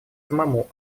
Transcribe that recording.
самому